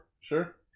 Sure